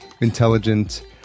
intelligent